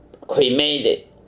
cremated